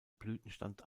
blütenstand